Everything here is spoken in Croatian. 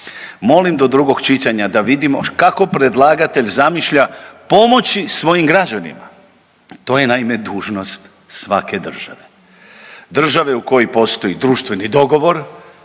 Molim do drugog čitanja da vidimo kako predlagatelj zamišlja pomoći svojim građanima, to je naime dužnost svake države, države u kojoj postoji društveni dogovor